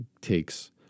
takes